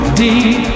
deep